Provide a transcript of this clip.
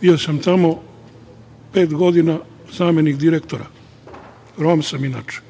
Bio sam tamo pet godina zamenik direktora. Rom sam inače.